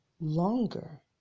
Longer